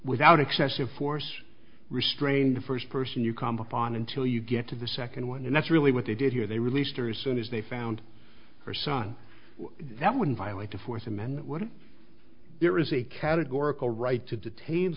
without excessive force restrain the first person you come upon until you get to the second one and that's really what they did here they released her as soon as they found her son that wouldn't violate the fourth amendment what if there is a categorical right to detain